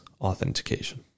authentication